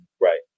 right